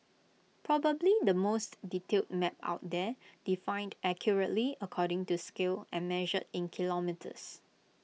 probably the most detailed map out there defined accurately according to scale and measured in kilometres